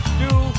two